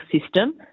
system